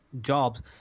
jobs